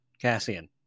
Cassian